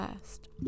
first